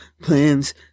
plans